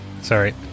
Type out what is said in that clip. sorry